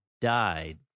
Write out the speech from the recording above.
died